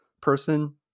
person